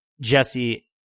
Jesse